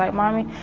like mommy,